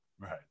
Right